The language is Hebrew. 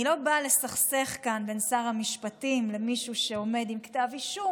אני לא באה לסכסך כאן בין שר המשפטים למישהו שעומד עם כתב אישום,